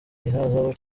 ihazabu